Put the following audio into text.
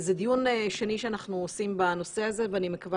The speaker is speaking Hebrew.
זה דיון שני שאנחנו עושים בנושא הזה ואני מקווה